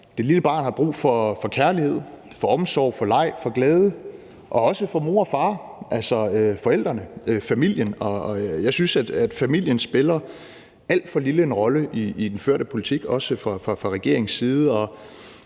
Det lille barn har brug for kærlighed, for omsorg, for leg, for glæde og også for mor og far, altså forældrene, familien, og jeg synes, at familien spiller en alt for lille rolle i den førte politik, også fra regeringens side.